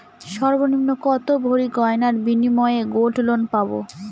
সর্বনিম্ন কত ভরি গয়নার বিনিময়ে গোল্ড লোন পাব?